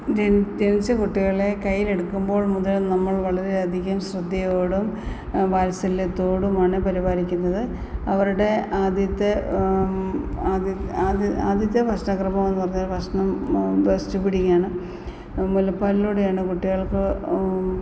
ജ് ജനിച്ച കുട്ടികളെ കയ്യിലെടുക്കുമ്പോൾ മുതൽ നമ്മൾ വളരെയധികം ശ്രദ്ധയോടും വാത്സല്യത്തോടുമാണ് പരിപാലിക്കുന്നത് അവരുടെ ആദ്യത്തെ ആദ്യ ആദ്യത്തെ ഭക്ഷണക്രമമെന്ന് പറഞ്ഞാൽ ഭക്ഷണം ബ്രെസ്റ്റ് ഫീഡിങ്ങാണ് മുലപ്പാലിലൂടെയാണ് കുട്ടികൾക്ക്